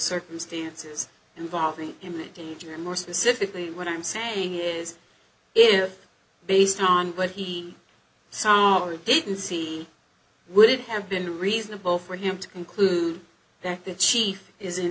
circumstances involving imminent danger more specifically what i'm saying is if based on what he sounded didn't see would it have been reasonable for him to conclude that that she is in